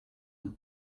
and